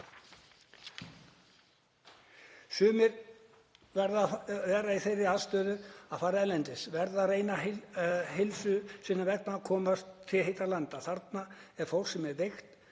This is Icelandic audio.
Sumir eru í þeirra aðstöðu að verða að fara erlendis, verða að reyna heilsu sinnar vegna að komast til heitra landa. Þarna er fólk sem er veikt